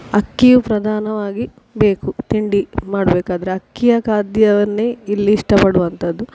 ಅಕ್ಕಿಯು ಪ್ರಧಾನವಾಗಿ ಬೇಕು ತಿಂಡಿ ಮಾಡಬೇಕಾದ್ರೆ ಅಕ್ಕಿಯ ಖಾದ್ಯವನ್ನೇ ಇಲ್ಲಿ ಇಷ್ಟಪಡುವಂಥದ್ದು